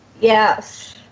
Yes